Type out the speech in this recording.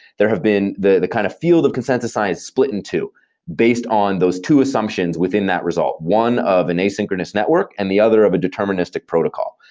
there have been the the kind of field of consensus science split in two based on those two assumptions within that result one of an asynchronous network and the other of a deterministic protocol.